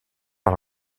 par